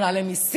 לא נעלה מיסים,